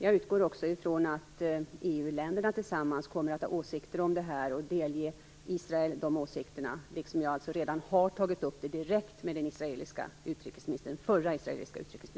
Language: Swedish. Jag utgår också ifrån att EU-länderna tillsammans kommer att ha åsikter om detta och delge Israel sina åsikter liksom jag redan direkt tagit upp det med den förra israeliska utrikesministern.